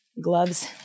gloves